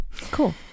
Cool